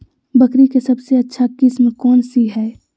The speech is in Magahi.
बकरी के सबसे अच्छा किस्म कौन सी है?